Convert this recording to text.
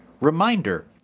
reminder